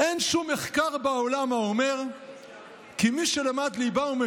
"אין שום מחקר בעולם האומר כי מי שלמד ליבה הוא,